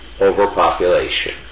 overpopulation